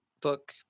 book